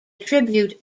tribute